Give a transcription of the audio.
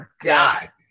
God